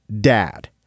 dad